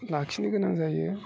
लाखिनो गोनां जायो